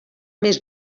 més